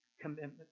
commitment